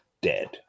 dead